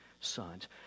sons